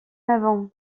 avant